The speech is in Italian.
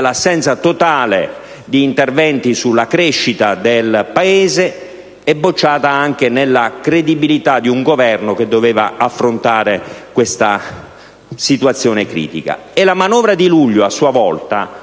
l'assenza totale di interventi sulla crescita del Paese, ma bocciata anche nella credibilità di un Governo che doveva affrontare questa situazione critica. E la manovra di luglio, a sua volta,